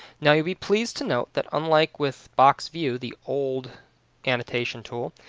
now you'll be pleased to know that unlike with box view, the old annotation tool,